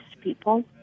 people